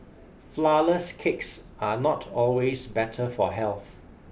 flourless cakes are not always better for health